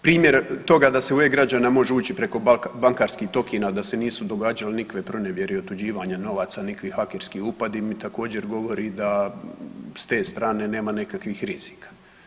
Primjer toga da se u e-Građana može ući preko bankarskih tokena, da se nisu događale nikakve pronevjere, otuđivanje novaca, nikakvi hakerski upadi mi također, govori da s te strane nema nekakvih rizika.